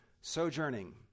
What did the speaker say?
sojourning